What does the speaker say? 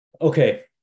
okay